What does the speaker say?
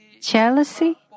jealousy